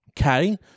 okay